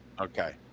Okay